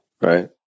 Right